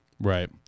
Right